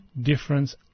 difference